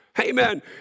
Amen